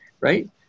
right